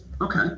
okay